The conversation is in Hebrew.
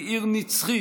היא עיר נצחית.